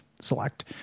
select